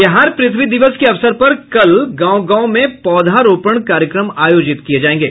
बिहार पृथ्वी दिवस के अवसर पर कल गांव गांव में पौधा रोपन कार्यक्रम आयोजित किये जायेंगे